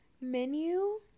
menu